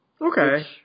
Okay